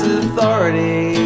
authority